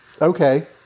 Okay